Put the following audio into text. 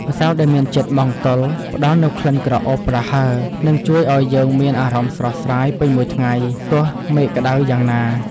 ម្សៅដែលមានជាតិម៉ង់តុលផ្តល់នូវក្លិនក្រអូបប្រហើរនិងជួយឱ្យយើងមានអារម្មណ៍ស្រស់ស្រាយពេញមួយថ្ងៃទោះមេឃក្តៅយ៉ាងណា។